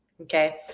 Okay